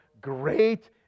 great